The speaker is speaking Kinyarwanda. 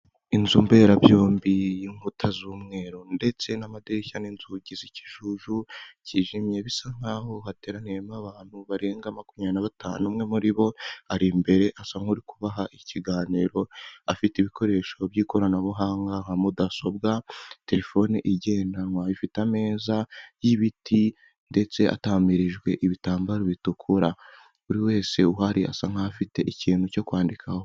Inzu mberabyombi, inkuta z'umweru, ndetse n'amadirishya n'inzugi z'ikijuju cyijimye, bisa nkaho hateraniyemo abantu barenga makumyabiri na batanu, umwe muri bo ari imbere asa nk'uri kubaha ikiganiro, afite ibikoresho by'ikoranabuhanga, nka mudasobwa, terefone igendanwa, ifite ameza y'ibiti ndetse atamirijwe ibitambaro bitukura, buri wese uhari asa nkaho afite ikintu cyo kwandikaho.